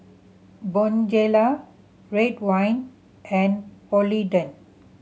Bonjela Ridwind and Polident